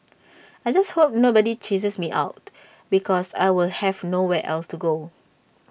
I just hope nobody chases me out because I will have nowhere else to go